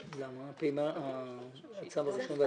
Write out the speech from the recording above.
מה אתם מציעים?